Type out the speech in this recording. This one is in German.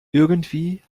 irgendwie